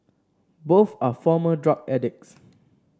both are former drug addicts